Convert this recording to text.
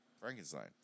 Frankenstein